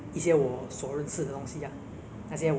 unusual superpowers ah